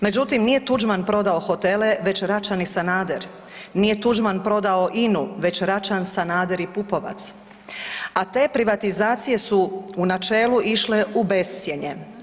Međutim, nije Tuđman prodao hotele već Račan i Sanader, nije Tuđman prodao INU već Račan, Sanader i Pupovac, a te privatizacije su u načelu išle u bescjenje.